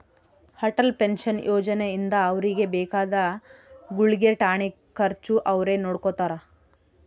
Atal pension ಯೋಜನೆ ಇಂದ ಅವ್ರಿಗೆ ಬೇಕಾದ ಗುಳ್ಗೆ ಟಾನಿಕ್ ಖರ್ಚು ಅವ್ರೆ ನೊಡ್ಕೊತಾರ